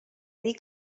dir